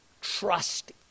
trust